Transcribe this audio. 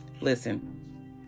Listen